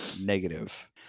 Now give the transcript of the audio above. negative